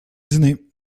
dîner